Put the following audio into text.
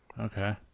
Okay